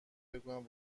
بگویم